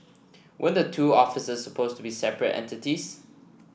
weren't the two offices supposed to be separate entities